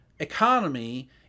economy